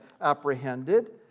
apprehended